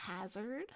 hazard